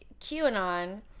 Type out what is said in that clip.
QAnon